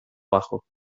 bajo